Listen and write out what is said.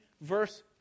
verse